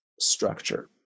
structure